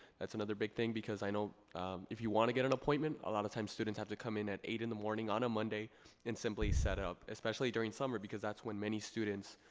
that's another big thing because i know if you wanna get an appointment, a lot of times students have to come in at eight in the morning on a monday and simply setup, especially during summer because that's when many students